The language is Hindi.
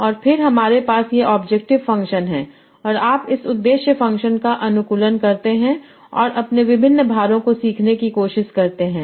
और फिर हमारे पास ये ऑब्जेक्टिव फंक्शन हैं और आप इस उद्देश्य फ़ंक्शन का अनुकूलन करते हैं और अपने विभिन्न भारों को सीखने की कोशिश करते हैं